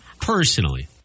personally